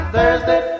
Thursday